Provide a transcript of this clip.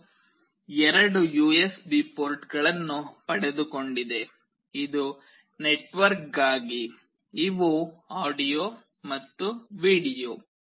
ಇದು ಎರಡು ಯುಎಸ್ಬಿ ಪೋರ್ಟ್ಗಳನ್ನು ಪಡೆದುಕೊಂಡಿದೆ ಇದು ನೆಟ್ವರ್ಕ್ಗಾಗಿ ಇವು ಆಡಿಯೋ ಮತ್ತು ವಿಡಿಯೋ